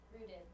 Rooted